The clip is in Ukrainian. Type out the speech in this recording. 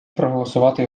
проголосувати